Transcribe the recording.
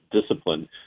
discipline